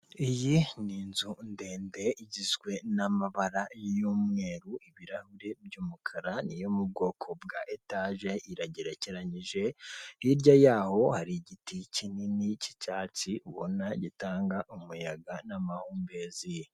Iyi ni inzu ndende igizwe n'amabara y'umweru ibirahuri by'umukara n'iyo mu bwoko bwa etage iragerekeranyije hirya y'aho hari igiti kinini cy'icyatsi ubona gitanga umuyaga n'amahumbezi.